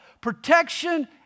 protection